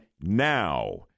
now